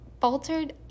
faltered